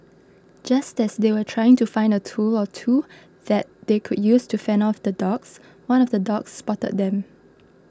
just as they were trying to find a tool or two that they could use to fend off the dogs one of the dogs spotted them